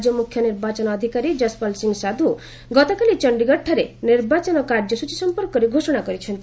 ରାଜ୍ୟ ମୁଖ୍ୟ ନିର୍ବାଚନ ଅଧିକାରୀ ଯଶପାଲ ସିଂ ସାନ୍ଧୁ ଗତକାଲି ଚଣ୍ଡୀଗଡ଼ଠାରେ ନିର୍ବାଚନ କାର୍ଯ୍ୟସ୍କଚୀ ସଂପର୍କରେ ଘୋଷଣା କରିଛନ୍ତି